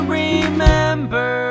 remember